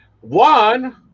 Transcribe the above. one